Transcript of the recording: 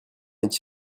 est